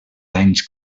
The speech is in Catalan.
danys